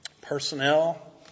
personnel